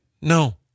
No